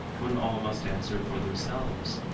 when all must answer for themselves?